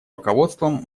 руководством